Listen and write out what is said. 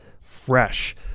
fresh